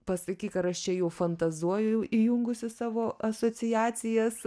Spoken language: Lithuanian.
pasakyk ar aš čia jau fantazuoju įjungusi savo asociacijas